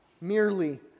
merely